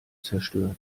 zerstört